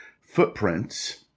footprints